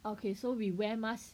okay so we wear mask